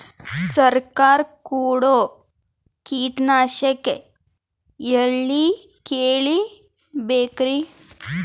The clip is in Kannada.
ಸರಕಾರ ಕೊಡೋ ಕೀಟನಾಶಕ ಎಳ್ಳಿ ಕೇಳ ಬೇಕರಿ?